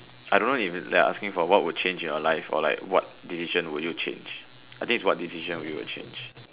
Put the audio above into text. I don't know if its what would change in your life or like what decision would you change I think is what decision we will change